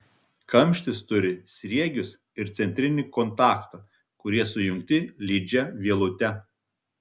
kamštis turi sriegius ir centrinį kontaktą kurie sujungti lydžia vielute